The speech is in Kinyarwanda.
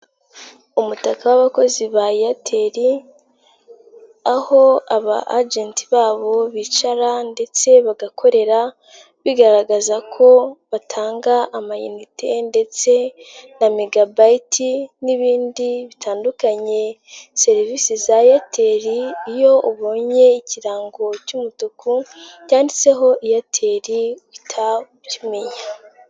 Umutaka w'abakozi ba Airtel aho aba ajenti babo bicara ndetse bagakorera bigaragaza ko batanga amayinite ndetse na megabayiti n'ibindi bitandukanye, serivisi za Airtel iyo ubonye ikirango cy'umutuku cyanditseho Airtel uhita ukimenya.